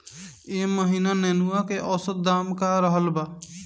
एह महीना नेनुआ के औसत दाम का रहल बा?